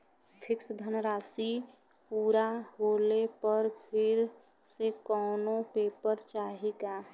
Fix धनराशी पूरा होले पर फिर से कौनो पेपर चाही का?